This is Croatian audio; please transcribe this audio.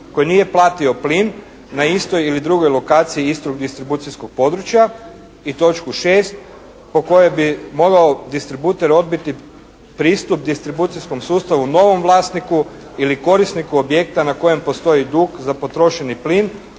koji nije platio plin na istoj ili drugoj lokaciji istog distribucijskog područja i točku 6. po kojoj bi mogao distributer odbiti pristup distribucijskom sustavu novom vlasniku ili korisniku objekta na kojem postoji dug za potrošeni plin